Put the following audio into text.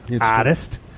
Artist